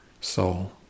soul